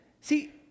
See